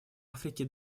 африке